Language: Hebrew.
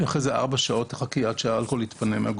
ולאחר מכן תחכי 4 שעות שהאלכוהול יצא מהגוף".